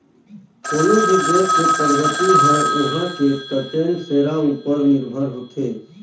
कोनो भी देस के परगति हर उहां के टटेन सेरा उपर निरभर होथे